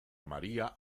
maria